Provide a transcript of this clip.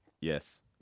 Yes